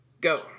go